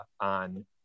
on